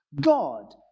God